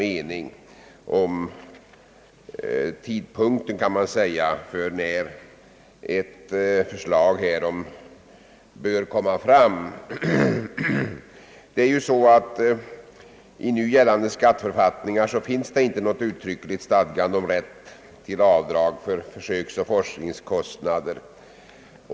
Man kan säga att det är i fråga om tidpunkten för ett förslag därom som åsikterna går isär. I nu gällande skatteförfattningar finns det inte något uttryckligt stadgande om rätt till avdrag för forskningskostnader.